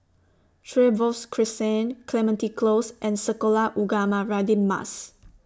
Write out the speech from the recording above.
Trevose Crescent Clementi Close and Sekolah Ugama Radin Mas